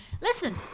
Listen